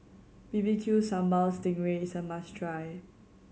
B B Q Sambal sting ray is a must try